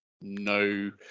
no